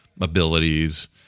abilities